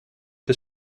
des